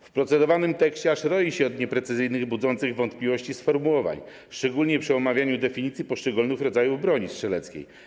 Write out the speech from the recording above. W procedowanej ustawie aż roi się od nieprecyzyjnych, budzących wątpliwości sformułowań, szczególnie przy omawianiu definicji poszczególnych rodzajów broni strzeleckiej.